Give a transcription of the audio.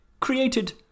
Created